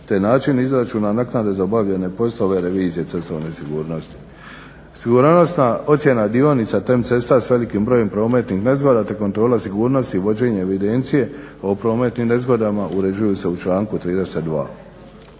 te način izračuna naknade za obavljane poslove revizije cestovne sigurnosti. Sigurnosna ocjena dionica TEM cesta s velikim brojem prometnih nezgoda, te kontrola sigurnosti i vođenje evidencije o prometnim nezgodama uređuju se u članku 32.